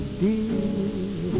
dear